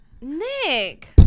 Nick